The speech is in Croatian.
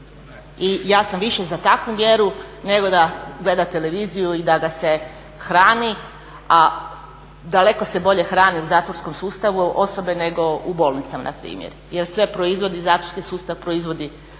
I ja sam više za takvu mjeru nego da gleda televiziju i da ga se hrani, a daleko se bolje hrani u zatvorskom sustavu osobe nego u bolnicama npr. jer sve proizvodi, zatvorski sustav proizvodi